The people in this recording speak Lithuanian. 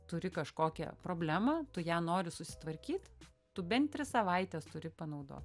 turi kažkokią problemą tu ją nori susitvarkyt tu bent tris savaites turi panaudot